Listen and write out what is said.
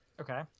Okay